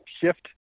shift